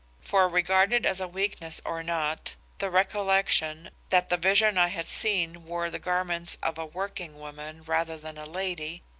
for regard it as weakness or not, the recollection that the vision i had seen wore the garments of a working-woman rather than a lady,